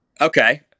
okay